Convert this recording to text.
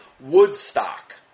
Woodstock